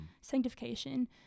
sanctification